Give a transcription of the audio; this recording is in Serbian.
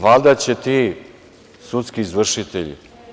Valjda će ti sudski izvršitelji.